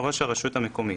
ראש הרשות המקומית,